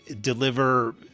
deliver